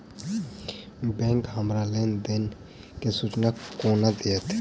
Bank हमरा loan देय केँ सूचना कोना देतय?